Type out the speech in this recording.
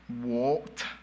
walked